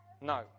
No